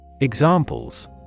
Examples